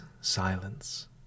silence